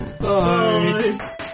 Bye